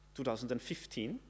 2015